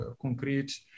concrete